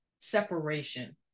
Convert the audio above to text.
separation